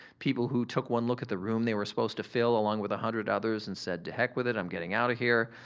people who took one look at the room they were supposed to fill along with one hundred others and said, to heck with it, i'm getting out of here.